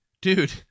dude